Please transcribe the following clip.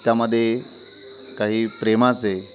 त्यामध्ये काही प्रेमाचे